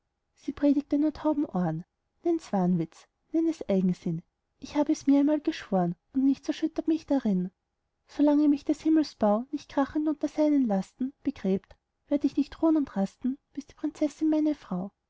sie predigte nur tauben ohren nenn's wahnwitz nenn es eigensinn ich hab es mir einmal geschworen und nichts erschüttert mich darin solange mich des himmels bau nicht krachend unter seinen lasten begräbt werd ich nicht ruhn und rasten bis die prinzessin meine frau